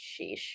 Sheesh